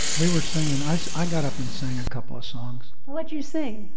we were singing. i so i got up and sang a couple of songs what'd you sing?